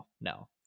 no